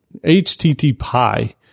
HTTP